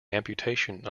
amputation